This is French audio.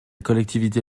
collectivité